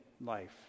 life